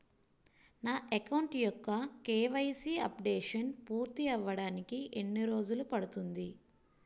నా అకౌంట్ యెక్క KYC updation పూర్తి అవ్వడానికి ఎన్ని రోజులు పడుతుంది?